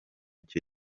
cyo